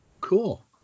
Cool